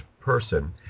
person